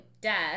death